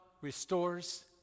restores